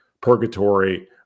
purgatory